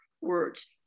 Words